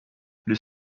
les